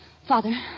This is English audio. Father